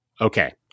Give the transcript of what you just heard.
Okay